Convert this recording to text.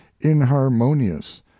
inharmonious